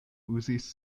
uzis